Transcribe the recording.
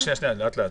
לאט-לאט.